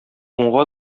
уңга